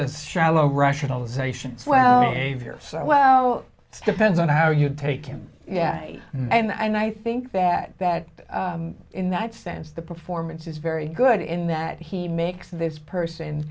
that shallow rationalization well well depends on how you take him yeah and i think that that in that sense the performance is very good in that he makes this person